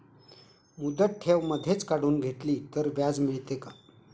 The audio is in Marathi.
मुदत ठेव मधेच काढून घेतली तर व्याज मिळते का?